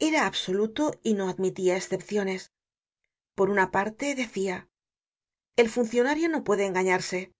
era absoluto y no admitía escepciones por una parte decia el funcionario no puede engañarse